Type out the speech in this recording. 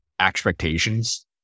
expectations